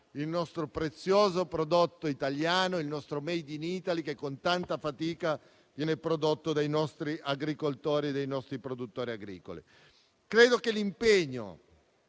il nostro prezioso prodotto italiano, il nostro *made in Italy* che con tanta fatica viene prodotto dai nostri agricoltori, dai nostri produttori agricoli. Credo che l'impegno